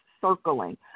circling